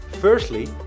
Firstly